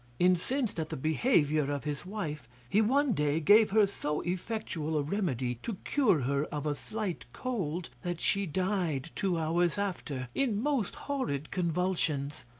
incensed at the behaviour of his wife, he one day gave her so effectual a remedy to cure her of a slight cold, that she died two hours after, in most horrid convulsions.